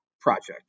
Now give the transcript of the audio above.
Project